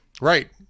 right